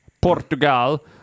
Portugal